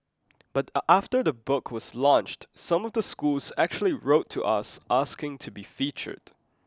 but after the book was launched some of the schools actually wrote to us asking to be featured